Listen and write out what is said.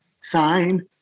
sign